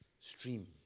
stream